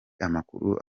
amakuru